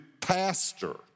pastor